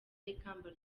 ikamba